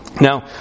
Now